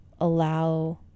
allow